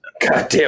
Goddamn